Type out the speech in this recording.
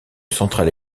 centrale